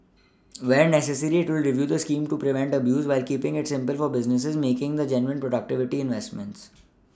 where necessary it will review the scheme to prevent abuse while keePing it simple for businesses making the genuine productivity investments